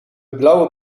blauwe